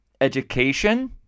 education